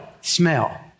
smell